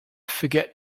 forget